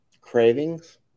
cravings